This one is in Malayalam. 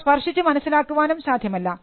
അവ സ്പർശിച്ചു മനസ്സിലാക്കുവാനും സാധ്യമല്ല